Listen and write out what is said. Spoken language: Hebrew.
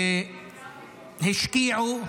שהשקיעו,